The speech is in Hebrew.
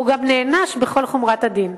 הוא גם נענש בכל חומרת הדין.